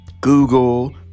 Google